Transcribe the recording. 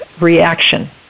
reaction